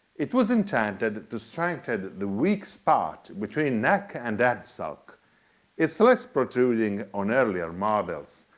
it was intended to strengthen the weak spot between neck and headstock. it's less protruding on earlier models,